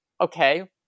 Okay